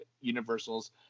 Universal's